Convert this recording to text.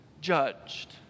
judged